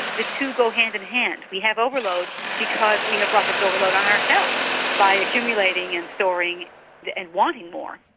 the two go hand in hand. we have overload because we have brought this overload on ourselves by accumulating and storing and wanting more.